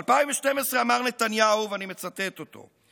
ב-2012 אמר נתניהו, ואני מצטט אותו: